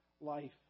life